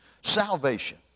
Salvation